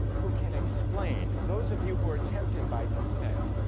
who can explain, those of you who are tempted by consent